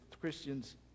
Christians